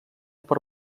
per